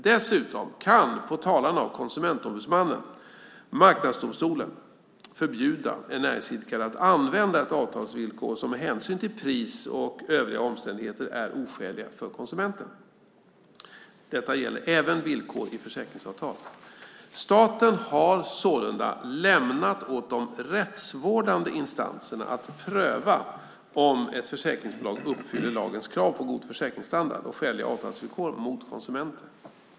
Dessutom kan, på talan av Konsumentombudsmannen, Marknadsdomstolen förbjuda en näringsidkare att använda ett avtalsvillkor som med hänsyn till pris och övriga omständigheter är oskäligt mot konsumenten. Detta gäller även villkor i försäkringsavtal. Staten har sålunda lämnat åt de rättsvårdande instanserna att pröva om ett försäkringsbolag uppfyller lagens krav på god försäkringsstandard och skäliga avtalsvillkor mot konsumenter.